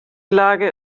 lage